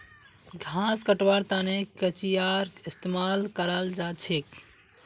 घास कटवार तने कचीयार इस्तेमाल कराल जाछेक